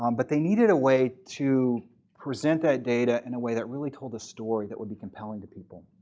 um but they needed a way to present that data in a way that really told a story that will be compelling to people.